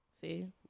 see